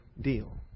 deal